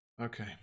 okay